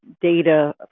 data